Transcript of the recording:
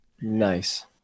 Nice